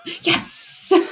yes